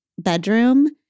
Bedroom